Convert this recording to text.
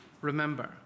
remember